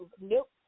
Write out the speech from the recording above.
Nope